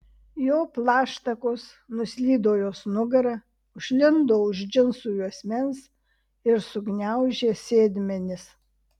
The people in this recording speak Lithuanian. jo plaštakos nuslydo jos nugara užlindo už džinsų juosmens ir sugniaužė sėdmenis